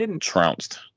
trounced